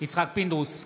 יצחק פינדרוס,